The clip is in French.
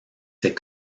ces